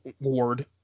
ward